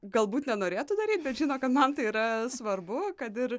galbūt nenorėtų daryt bet žino kad man tai yra svarbu kad ir